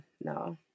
no